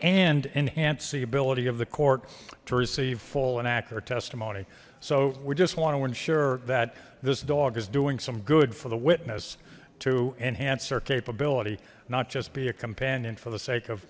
and enhance the ability of the court to receive full and accurate testimony so we just want to ensure that this dog is doing some good for the witness to enhance their capability not just be a companion for the sake of